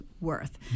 worth